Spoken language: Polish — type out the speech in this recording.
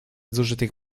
zużytych